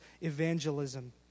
evangelism